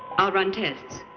i'll run tests.